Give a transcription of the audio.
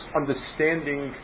understanding